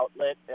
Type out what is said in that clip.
outlet